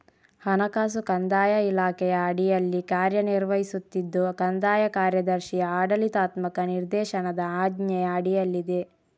ಹಣಕಾಸು ಕಂದಾಯ ಇಲಾಖೆಯ ಅಡಿಯಲ್ಲಿ ಕಾರ್ಯ ನಿರ್ವಹಿಸುತ್ತಿದ್ದು ಕಂದಾಯ ಕಾರ್ಯದರ್ಶಿಯ ಆಡಳಿತಾತ್ಮಕ ನಿರ್ದೇಶನದ ಆಜ್ಞೆಯ ಅಡಿಯಲ್ಲಿದೆ